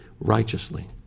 righteously